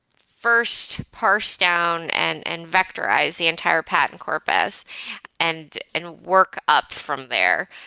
first, parse down and and vectorize the entire patent corpus and and work up from there.